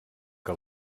que